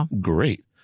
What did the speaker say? great